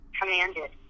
commanded